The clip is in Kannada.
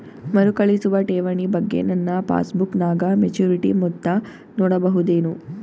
ಮರುಕಳಿಸುವ ಠೇವಣಿ ಬಗ್ಗೆ ನನ್ನ ಪಾಸ್ಬುಕ್ ನಾಗ ಮೆಚ್ಯೂರಿಟಿ ಮೊತ್ತ ನೋಡಬಹುದೆನು?